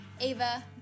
Ava